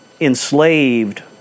enslaved